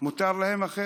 מותר להם אחרת.